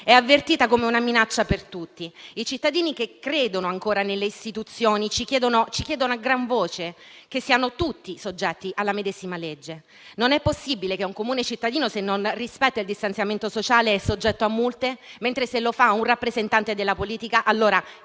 è avvertito come una minaccia per tutti. I cittadini che credono ancora nelle istituzioni ci chiedono a gran voce che tutti siano soggetti alla medesima legge. Non è possibile che un comune cittadino se non rispetta il distanziamento sociale è soggetto a multe mentre se lo fa un rappresentante della politica ne